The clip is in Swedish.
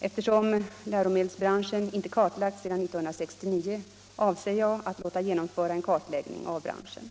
Eftersom läromedelsbranschen inte kartlagts sedan 1969 avser jag att låta genomföra en kartläggning av branschen.